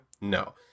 no